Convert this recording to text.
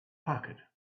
pocket